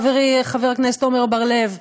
חברי חבר הכנסת עמר בר-לב,